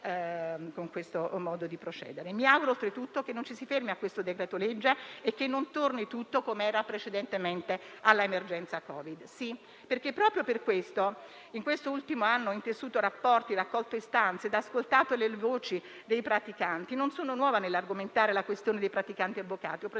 inoltre, che non ci si fermi a questo decreto-legge e che non torni tutto come era precedentemente all'emergenza Covid-19. Proprio per questo, in quest'ultimo anno ho intessuto rapporti, raccolto istanze e ascoltato le voci dei praticanti: non sono nuova nell'argomentare la questione dei praticanti avvocati. Ho presentato